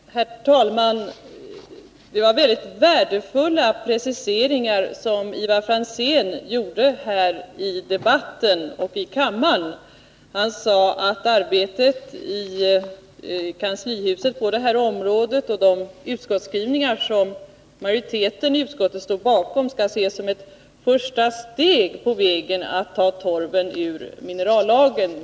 Herr talman! Det var värdefulla preciseringar som Ivar Franzén gjorde. Han sade att arbetet i kanslihuset på detta område och de utskottsskrivningar som majoriteten i utskottet står bakom skall ses som ett första steg på vägen att ta bort bestämmelserna om torven ur minerallagen.